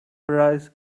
prize